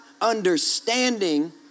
understanding